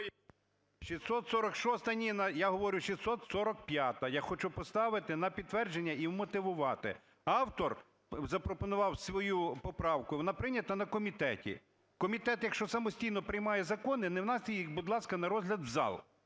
646-а – ні, я говорю, 645-а, я хочу поставити на підтвердження і вмотивувати. Автор запропонував свою поправку, вона прийнята на комітеті. Комітет, якщо самостійно приймає закони, не вносьте їх, будь ласка, на розгляд в зал,